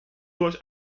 durch